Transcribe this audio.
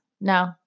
No